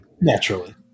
Naturally